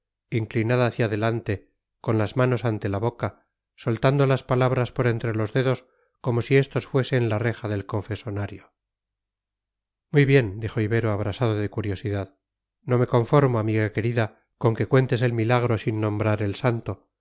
inclinada hacia adelante con las manos ante la boca soltando las palabras por entre los dedos como si estos fuesen la reja del confesionario muy bien dijo ibero abrasado de curiosidad no me conformo amiga querida con que cuentes el milagro sin nombrar el santo